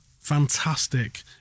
fantastic